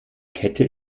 kette